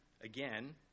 again